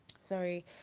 Sorry